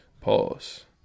Pause